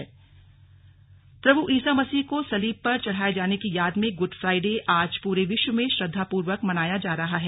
slug good Friday प्रभु ईसा मसीह को सलीब पर चढ़ाए जाने की याद में गुड फ्राइडे आज पूरे विश्व में श्रद्वापूर्वक मनाया जा रहा है